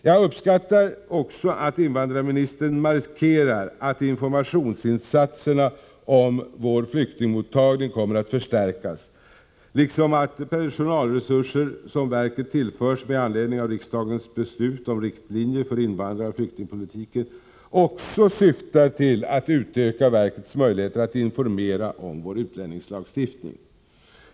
Jag uppskattar också att invandrarministern markerar att insatserna för information om vår flyktingmottagning kommer att förstärkas, liksom att personalresurser som verket tillförs med anledning av riksdagens beslut om riktlinjer för invandraroch flyktingpolitiken även syftar till att utöka verkets möjligheter att informera om vår utlänningslagstiftning.